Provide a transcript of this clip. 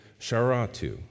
Sharatu